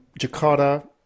Jakarta